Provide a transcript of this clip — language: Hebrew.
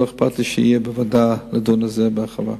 לא אכפת לי שזה יהיה בוועדה ונדון בזה בהרחבה.